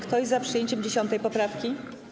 Kto jest za przyjęciem 10. poprawki?